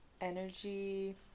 energy